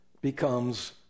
becomes